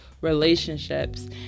relationships